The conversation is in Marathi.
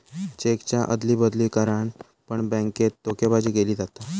चेकच्या अदली बदली करान पण बॅन्केत धोकेबाजी केली जाता